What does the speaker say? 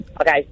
Okay